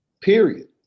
Period